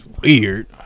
weird